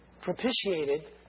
propitiated